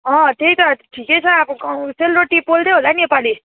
अँ त्यही त ठिकै छ अब गाउँ सेलरोटी पोल्दै होला नि योपालि